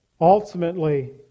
ultimately